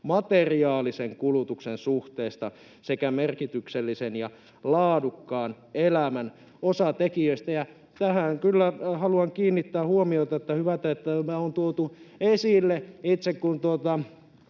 materiaalisen kulutuksen suhteesta sekä merkityksellisen ja laadukkaan elämän osatekijöistä. Tähän kyllä haluan kiinnittää huomiota, että hyvä, että tämä on tuotu esille. Itse kun